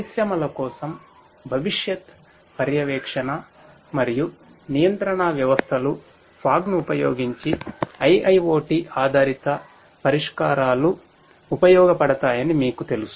పరిశ్రమల కోసం భవిష్యత్ పర్యవేక్షణ మరియు నియంత్రణ వ్యవస్థలు ఫాగ్ ను ఉపయోగించి IIoT ఆధారిత పరిష్కారాలు ఉపయోగపడతాయని మీకు తెలుసు